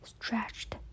stretched